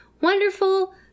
wonderful